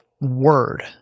word